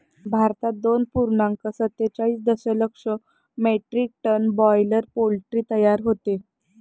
भारतात दोन पूर्णांक सत्तेचाळीस दशलक्ष मेट्रिक टन बॉयलर पोल्ट्री तयार होते